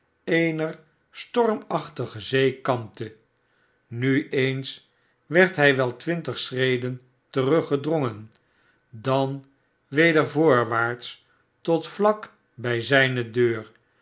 eener stormachtige zee kampte nu eens werd hij wel twintig schreden teruggedrongen dan weder voortwaarts tot vlak bij zijne deur